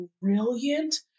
brilliant